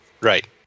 Right